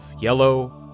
yellow